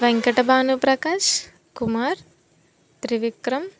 Venkata Bhanu Prakash Kumar Trivikram